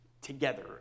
together